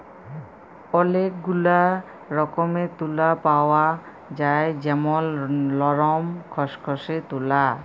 ওলেক গুলা রকমের তুলা পাওয়া যায় যেমল লরম, খসখসে তুলা